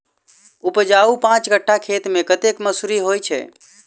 उपजाउ पांच कट्ठा खेत मे कतेक मसूरी होइ छै?